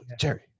Jerry